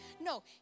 No